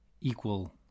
equal